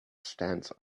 stands